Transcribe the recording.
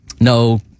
No